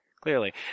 Clearly